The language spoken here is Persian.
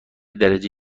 درجه